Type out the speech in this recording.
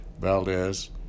Valdez